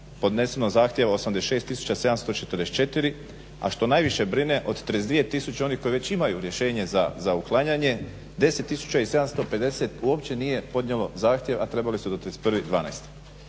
podneseno zahtjeva 86 tisuća 744 a što najviše brine od 32 tisuće onih koji već imaju rješenje za uklanjanje 101 tisuća i 750 uopće nije podnijelo zahtjev a trebali su do 31.12.